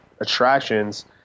attractions